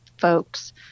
folks